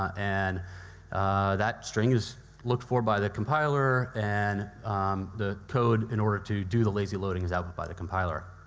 and that string is looked for by the compiler, and the code in order to do the lazy-loading is out but by the compiler.